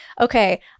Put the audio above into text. okay